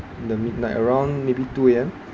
the midnight around maybe two A_M